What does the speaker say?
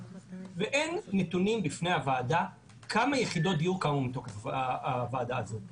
ואין נתונים בפני הוועדה כמה יחידות דיור קמו מתוך הוועדה הזו.